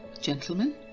gentlemen